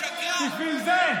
קיש, אתה עכשיו אל תדבר.